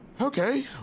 Okay